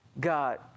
God